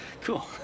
Cool